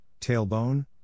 tailbone